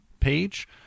Page